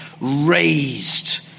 raised